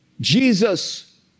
Jesus